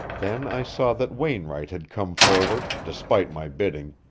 then i saw that wainwright had come forward, despite my bidding,